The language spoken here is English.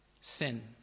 sin